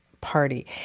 party